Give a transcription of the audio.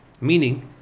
Meaning